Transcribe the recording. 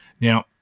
Now